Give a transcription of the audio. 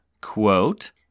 quote